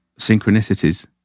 synchronicities